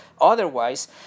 otherwise